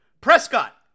Prescott